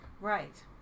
Right